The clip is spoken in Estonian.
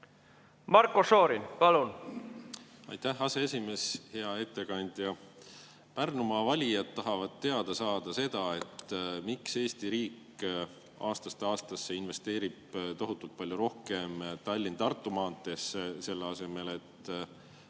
Marko Šorin, palun! Aitäh, aseesimees! Hea ettekandja! Pärnumaa valijad tahavad teada saada seda, miks Eesti riik aastast aastasse investeerib tohutult palju rohkem Tallinna–Tartu maanteesse, selle asemel et